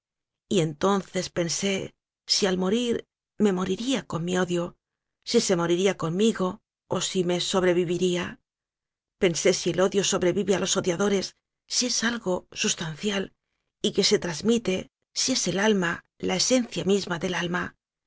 descubrí y entonces pensé si al morir me moriría con mi odio si se moriría conmigo o si me sobreviviría pensé si el odio sobrevive a los odiadores si es algo sustancial y que se trasmite si es el alma la esencia misma del almíi